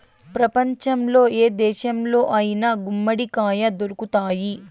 ప్రపంచంలో ఏ దేశంలో అయినా గుమ్మడికాయ దొరుకుతాయి